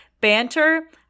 banter